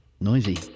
noisy